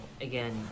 again